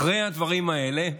אחרי הדברים האלה,